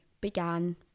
began